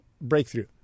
breakthrough